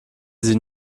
sie